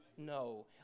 No